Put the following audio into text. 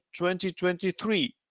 2023